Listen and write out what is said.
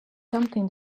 something